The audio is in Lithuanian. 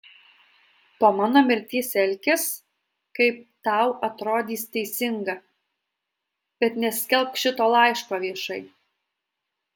po mano mirties elkis kaip tau atrodys teisinga bet neskelbk šito laiško viešai